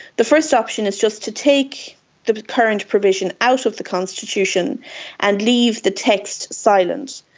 the first option is just to take the current provision out of the constitution and leave the text silent,